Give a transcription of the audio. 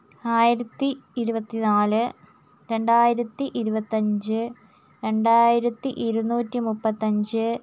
ആയിരത്തി ഇരുപത്തിന്നാല് രണ്ടായിരത്തി ഇരുപത്തിയഞ്ച് രണ്ടായിരത്തി ഇരുന്നൂറ്റി മുപ്പത്തിയഞ്ച്